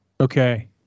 okay